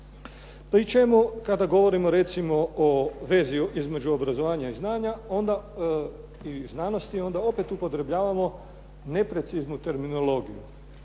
pri čemu kada govorimo recimo o vezi između obrazovanja i znanja onda i znanosti, onda opet upotrebljavamo nepreciznu tehnologiju.